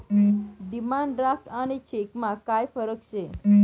demand draft आणि चेकमा काय फरक शे